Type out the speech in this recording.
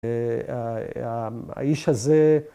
‫האיש הזה...